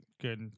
good